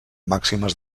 màximes